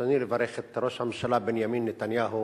ברצוני לברך את ראש הממשלה בנימין נתניהו